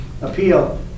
appeal